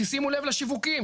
שימו לב לשיווקים,